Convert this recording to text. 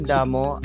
Damo